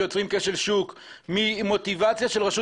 שיוצרים כשל שוק ממוטיבציה של רשות